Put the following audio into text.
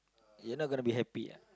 you're not going to be happy ah